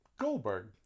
Goldberg